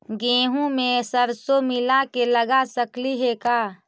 गेहूं मे सरसों मिला के लगा सकली हे का?